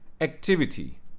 Activity